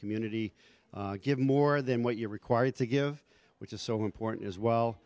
community give more than what you're required to give which is so important as well